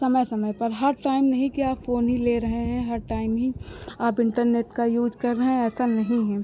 समय समय पर हर टाइम नहीं कि आप फ़ोन ही ले रहे हैं हर टाइम ही आप इन्टरनेट का यूज़ कर रहे हैं ऐसा नहीं है